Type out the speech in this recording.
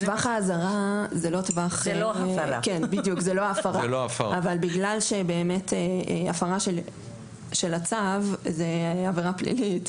טווח האזהרה הוא לא ההפרה אבל בגלל שבאמת הפרה של הצו זו עבירה פלילית,